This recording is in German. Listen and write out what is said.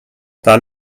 dann